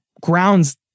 grounds